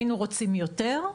היינו רוצים יותר,